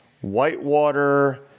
Whitewater